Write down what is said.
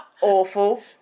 awful